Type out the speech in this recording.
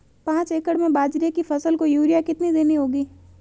पांच एकड़ में बाजरे की फसल को यूरिया कितनी देनी होगी?